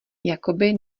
jakoby